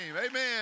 amen